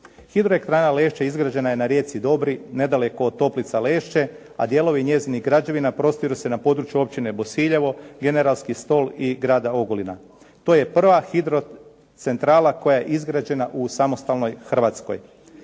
Hidroelektrana Lešće izgrađena je na rijeci Dobri nedaleko od toplica Lešće, a dijelovi njezinih građevina prostiru se na području općine Bosiljevo, Generalski Stol i grada Ogulina. To je prva hidrocentrala koja je izgrađena u samostalnoj Hrvatskoj.